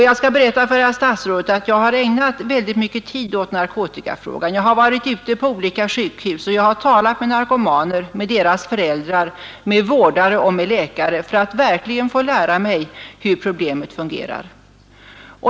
Jag kan berätta för herr statsrådet att jag har ägnat mycken tid åt narkotikafrågan; jag har varit ute på olika sjukhus, och jag har talat med narkomaner, med deras föräldrar, med vårdare och med läkare för att verkligen få lära mig hur problemet fungerar.